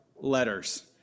letters